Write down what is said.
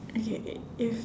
okay if